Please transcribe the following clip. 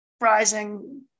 rising